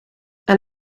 aan